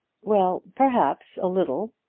well perhaps a little.